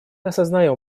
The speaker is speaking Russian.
осознаем